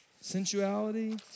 sensuality